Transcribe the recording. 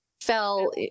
fell